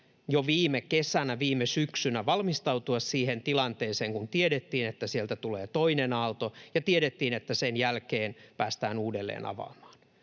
jo viime kesänä, viime syksynä, valmistautua siihen tilanteeseen, kun tiedettiin, että sieltä tulee toinen aalto, ja tiedettiin, että sen jälkeen päästään uudelleen avaamaan.